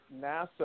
NASA